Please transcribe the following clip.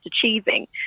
achieving